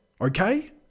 Okay